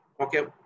Okay